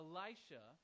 Elisha